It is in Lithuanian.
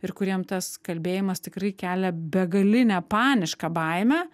ir kuriem tas kalbėjimas tikrai kelia begalinę panišką baimę